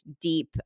deep